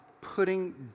putting